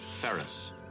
Ferris